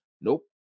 Nope